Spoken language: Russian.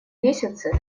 месяцы